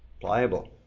Pliable